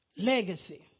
Legacy